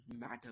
matter